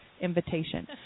invitation